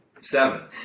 seven